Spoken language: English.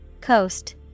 Coast